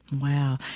Wow